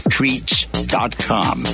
Treats.com